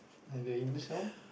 and the English song